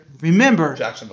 remember